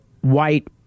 white